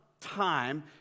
time